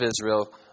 Israel